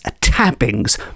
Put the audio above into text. tappings